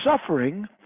suffering